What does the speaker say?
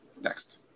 next